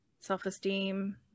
self-esteem